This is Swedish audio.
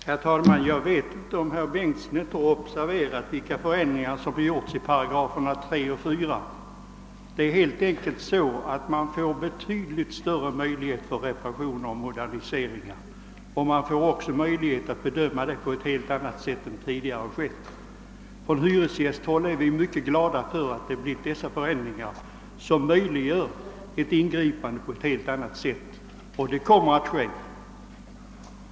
Herr talman! Jag vet inte om herr Bengtson i Solna inte har observerat vilka förändringar som har gjorts i 3 och 4 88. Det är helt enkelt så, att man därigenom får betydligt större möjligheter till reparationer och moderniseringar. Man får också möjlighet att bedöma det på ett helt annat sätt än tidigare varit fallet. Från hyresgästhåll är vi mycket glada över att dessa förändringar blir gjorda, vilka möjliggör ett ingripande på ett helt annat sätt än förut. Sådana ingripanden kommer att ske.